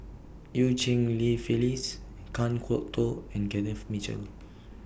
EU Cheng Li Phyllis Kan Kwok Toh and Kenneth Mitchell